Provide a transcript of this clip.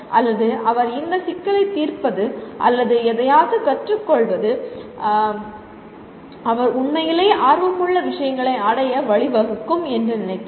அல்லது அவர் இந்த சிக்கலைத் தீர்ப்பது அல்லது எதையாவது கற்றுக்கொள்வது அவர் உண்மையிலேயே ஆர்வமுள்ள விஷயங்களை அடைய வழிவகுக்கும் என்று நினைக்கிறார்